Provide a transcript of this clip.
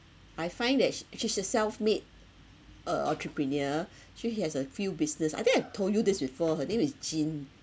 I find that sh~ she's a self made uh entrepreneur she he has a few business I think I told you this before her name is jin